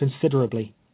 considerably